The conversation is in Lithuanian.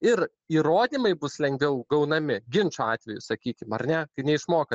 ir įrodymai bus lengviau gaunami ginčo atveju sakykim ar ne kai neišmoka